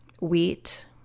wheat